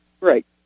Right